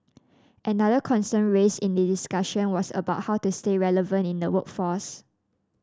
another concern raised in the discussion was about how to stay relevant in the workforce